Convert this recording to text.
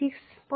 6